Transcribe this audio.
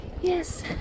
Yes